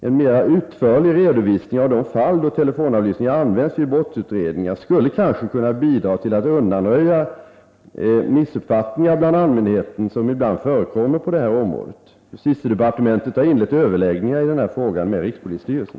En mera utförlig redovisning av de fall då telefonavlyssning används vid brottsutredningar skulle kanske kunna bidra till att undanröja de missuppfattningar bland allmänheten som ibland förekommer på detta område. Justitiedepartementet har inlett överläggningar i denna fråga med rikspolisstyrelsen.